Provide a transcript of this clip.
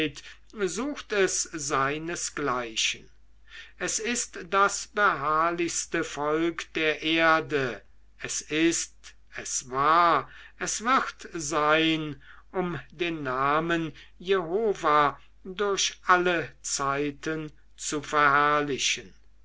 sucht es seinesgleichen es ist das beharrlichste volk der erde es ist es war es wird sein um den namen jehova durch alle zeiten zu verherrlichen